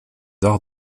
arts